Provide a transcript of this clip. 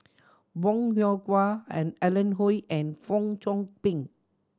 Bong Hiong and Alan Oei and Fong Chong Pik